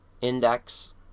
index